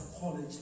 College